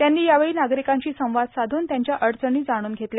त्यांनी यावेळी नागरिकांशी संवाद साधून त्यांच्या अडचणी जाणून घेतल्या